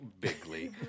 bigly